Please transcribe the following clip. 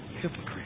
hypocrite